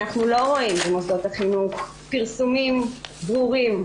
אנחנו לא רואים במוסדות החינוך פרסומים ברורים,